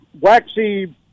waxy